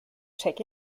check